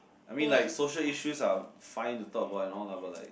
I mean like social issues are fine to talk about and all lah but like